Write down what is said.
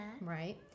Right